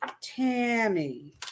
Tammy